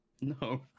No